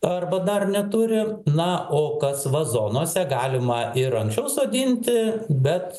arba dar neturi na o kas vazonuose galima ir anksčiau sodinti bet